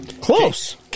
close